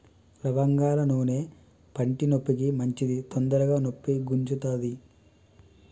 లవంగాల నూనె పంటి నొప్పికి మంచిది తొందరగ నొప్పి గుంజుతది